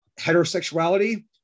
heterosexuality